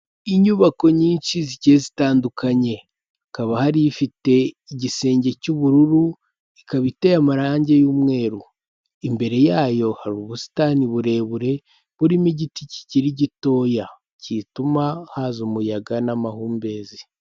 Inyubako nyinshi zigiye zitandukanye hakaba hari ifite igisenge cy'ubururu ikaba iteye amarangi y'umweru, imbere yayo hari ubusitani burebure burimo igiti kikiri gitoya gituma haza umuyaga n'amahumbezi.